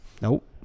Nope